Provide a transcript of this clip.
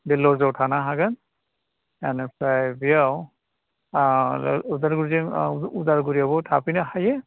बे लद्सआव थानो हागोन बेनिफ्राय बेयाव उदालगुरिजों उदालगुरियावबो थाफैनो हायो